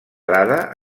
dada